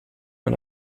man